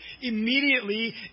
immediately